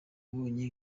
abonye